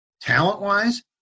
talent-wise